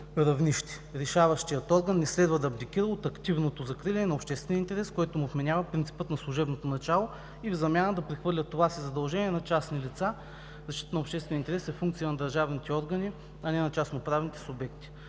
равнище. Решаващият орган не следва да абдикира от активното закриляне на обществения интерес, който му вменява принципа на служебното начало, или в замяна да прехвърля това си задължение на частни лица. Защитата на обществения интерес е функция на държавните органи, а не на частноправните субекти.